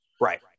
Right